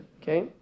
Okay